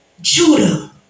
Judah